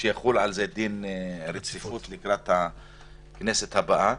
שיחול על זה דין רציפות לקראת הכנסת הבאה.